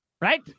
Right